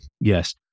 yes